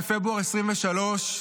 בפברואר 2023,